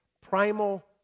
Primal